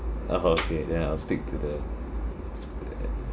orh okay then I'll stick to the spa~